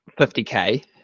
50k